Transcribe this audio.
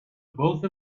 both